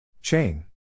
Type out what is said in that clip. Chain